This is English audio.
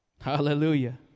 Hallelujah